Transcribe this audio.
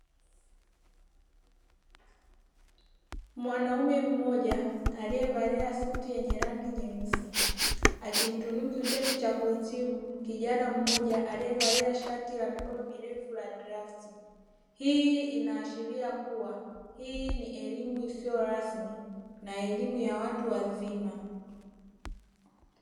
Mwanaume mmoja aliyevalia suti yenye rangi nyeusi, akimtunuku cheti cha kuhitimu kijana mmoja, aliyevalia shati la mikono mirefu la drafti hii inaashiria kuwa hii ni elimu isiyo rasmi na elimu ya watu wazima.